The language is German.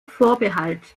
vorbehalt